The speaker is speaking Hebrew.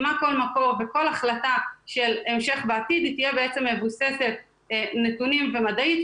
מה כל מקור וכל החלטה של המשך בעתיד תהיה מבוססת נתונים ומדעית,